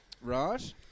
right